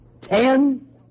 ten